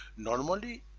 normally,